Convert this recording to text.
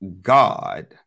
God